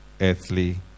earthly